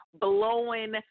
blowing